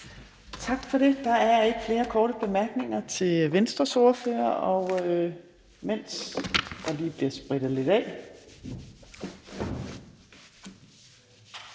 Tak for det. Der er ikke flere korte bemærkninger til Venstres ordfører, og så – mens der lige bliver sprittet lidt af